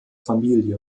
familie